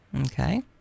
okay